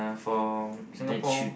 for Singapore